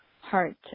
heart